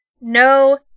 no